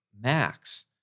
max